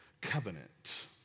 covenant